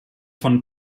von